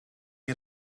had